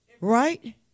Right